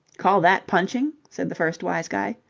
call that punching? said the first wise guy.